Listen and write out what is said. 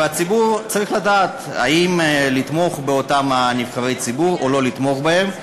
והציבור צריך לדעת האם לתמוך באותם נבחרי ציבור או לא לתמוך בהם,